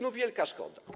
No, wielka szkoda.